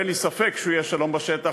ואין לי ספק שיהיה שלום בשטח,